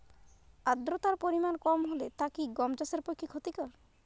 আর্দতার পরিমাণ কম হলে তা কি গম চাষের পক্ষে ক্ষতিকর?